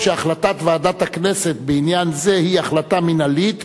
שהחלטת ועדת הכנסת בעניין זה היא החלטה מינהלית,